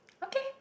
okay